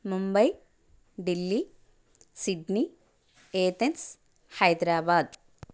Mumbai Delhi Sydney Athens Hyderabad